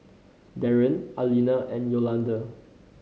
Darron Alina and Yolonda